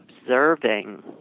observing